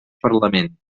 parlament